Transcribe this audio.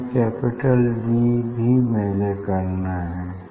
हमें capital D भी measure करना है